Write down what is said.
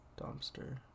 Dumpster